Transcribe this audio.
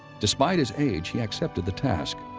despite his age, he accepted the task.